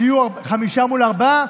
שיהיו חמישה מול ארבעה,